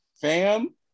fam